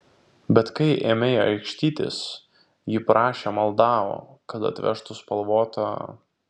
bet kai ėmei aikštytis ji prašė maldavo kad atvežtų spalvotą